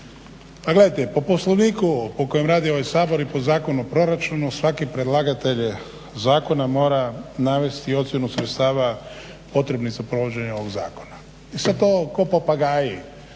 Pa gledajte, po Poslovniku po kojem radi ovaj Sabor i po Zakon o proračunu svaki predlagatelj zakona mora navesti i ocjenu sredstava potrebnih za provođenje ovog zakona. I sad to ko papagaji